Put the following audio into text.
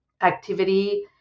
activity